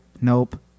nope